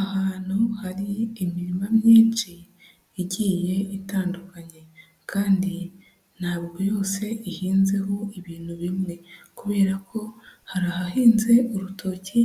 Ahantu hari imirima myinshi igiye itandukanye kandi ntabwo yose ihinzeho ibintu bimwe kubera ko hari ahahinze urutoki